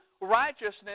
righteousness